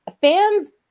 Fans